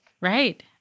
Right